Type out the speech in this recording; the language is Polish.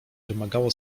wymagało